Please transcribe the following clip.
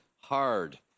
hard